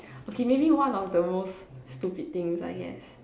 okay maybe one of the most stupid things I guess